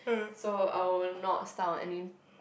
so I will not start on any